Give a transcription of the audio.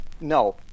No